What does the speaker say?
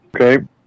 Okay